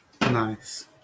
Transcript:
Nice